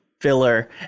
filler